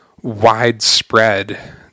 widespread